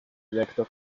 electo